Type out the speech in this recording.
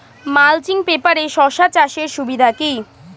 Mulching পেপারে শসা চাষের সুবিধা কি?